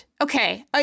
Okay